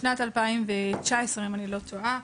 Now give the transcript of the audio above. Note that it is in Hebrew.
בשנת 2019 אם אני לא טועה,